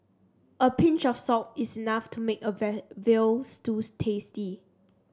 a pinch of salt is enough to make a veal stew tasty